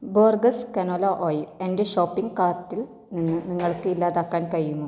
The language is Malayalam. ബോർഗസ് കനോല ഓയിൽ എന്റെ ഷോപ്പിംഗ് കാർട്ടിൽ നിന്ന് നിങ്ങൾക്ക് ഇല്ലാതാക്കാൻ കഴിയുമോ